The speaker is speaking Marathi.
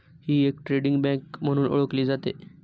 ही एक ट्रेडिंग बँक म्हणून ओळखली जाते